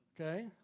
Okay